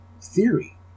theory